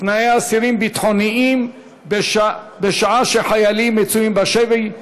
תנאי אסירים ביטחוניים בשעה שחיילים מצויים בשבי,